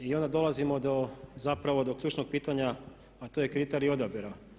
I onda dolazimo do zapravo do ključnog pitanja, a to je kriterij odabira.